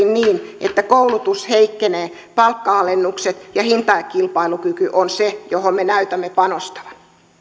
niin että koulutus heikkenee palkka alennukset ja hintakilpailukyky ovat ne joihin me näytämme panostavan